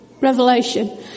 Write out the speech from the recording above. Revelation